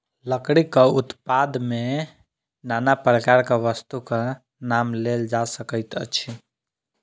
लकड़ीक उत्पाद मे नाना प्रकारक वस्तुक नाम लेल जा सकैत अछि